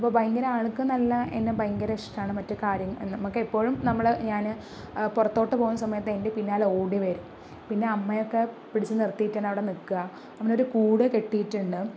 അപ്പോൾ ഭയങ്കര ആൾക്ക് നല്ല എന്നെ ഭയങ്കര ഇഷ്ടമാണ് മറ്റു കാര്യം നമുക്കെപ്പോഴും നമ്മൾ ഞാൻ പുറത്തോട്ട് പോകുന്ന സമയത്തു എൻ്റെ പിന്നാലെ ഓടി വരും പിന്നെ അമ്മയൊക്കെ പിടിച്ചുനിർത്തിയിട്ടാണ് അവിടെ നിൽക്കുക നമ്മളൊരു കൂട് കെട്ടിയിട്ടുണ്ട്